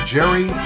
Jerry